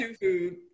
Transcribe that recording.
food